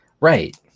Right